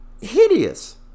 hideous